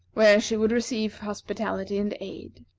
where she would receive hospitality and aid.